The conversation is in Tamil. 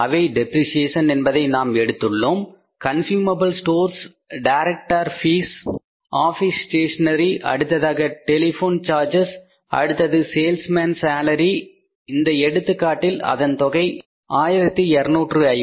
அவை டெப்ரிசியேஷன் என்பதை நாம் எடுத்துள்ளோம் consumable stores director director fees office stationery அடுத்ததாக டெலிபோன் சார்ஜஸ் அடுத்தது சேல்ஸ்மேன் சேலரி இந்த எடுத்துக்காட்டில் அதன் தொகை 1250